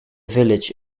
village